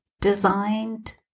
designed